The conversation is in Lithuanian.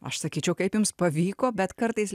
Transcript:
aš sakyčiau kaip jums pavyko bet kartais